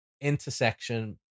intersection